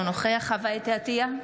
אינו נוכח חוה אתי עטייה,